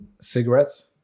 Cigarettes